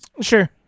Sure